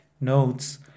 notes